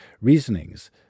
reasonings